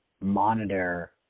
monitor